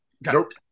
Nope